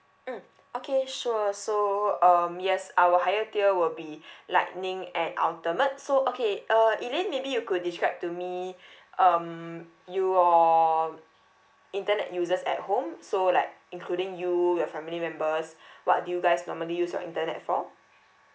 mm okay sure so um yes our higher tier will be lightning and ultimate so okay uh elaine maybe you could describe to me um your internet users at home so like including you your family members what do you guys normally use your internet for